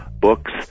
books